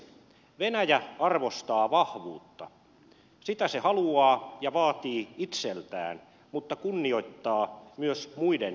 venäjä arvostaa vahvuutta sitä se haluaa ja vaatii itseltään mutta kunnioittaa myös muiden ominaisuutena